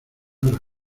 horas